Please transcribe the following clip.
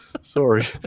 Sorry